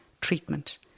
treatment